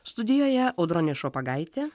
studijoje audronė šopagaitė